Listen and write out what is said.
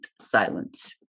silence